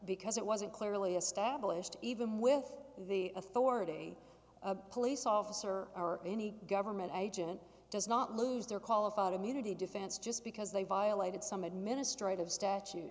because it wasn't clearly established even with the authority a police officer or any government agent does not lose their qualified immunity defense just because they violated some administrative statu